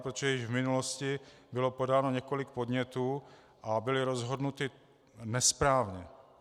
Protože již v minulosti bylo podáno několik podnětů a byly rozhodnuty nesprávně.